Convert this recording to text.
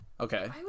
Okay